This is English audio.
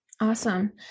Awesome